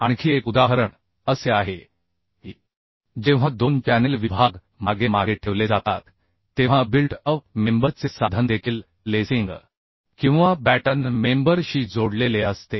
आणखी एक उदाहरण असे आहे की जेव्हा दोन चॅनेल विभाग मागे मागे ठेवले जातात तेव्हा बिल्ट अप मेंबर चे साधन देखील लेसिंग किंवा बॅटन मेंबर शी जोडलेले असते